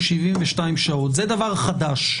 זה דבר חדש.